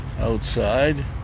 outside